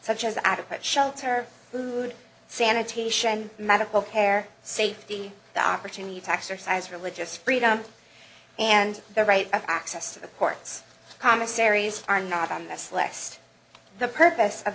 such as adequate shelter food sanitation medical care safety the opportunity to exercise religious freedom and the right of access to the courts commissaries are not on this list the purpose of